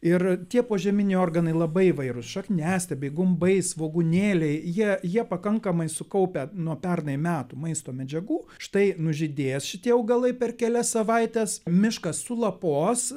ir tie požeminiai organai labai įvairūs šakniastiebiai gumbai svogūnėliai jie jie pakankamai sukaupę nuo pernai metų maisto medžiagų štai nužydės šitie augalai per kelias savaites miškas sulapos